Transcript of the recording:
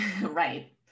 Right